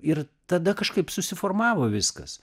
ir tada kažkaip susiformavo viskas